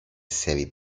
seri